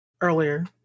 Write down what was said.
earlier